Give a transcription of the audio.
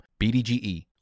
BDGE